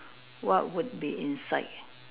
what would be inside